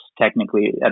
technically